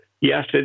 yes